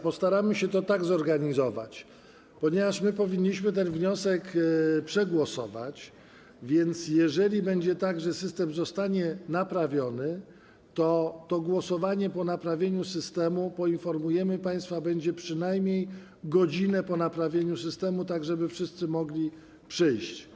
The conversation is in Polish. Postaramy się to tak zorganizować: ponieważ powinniśmy ten wniosek przegłosować, więc jeżeli będzie tak, że system zostanie naprawiony, to to głosowanie - poinformujemy państwa - będzie przynajmniej godzinę po naprawieniu systemu, tak żeby wszyscy mogli przyjść.